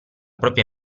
propria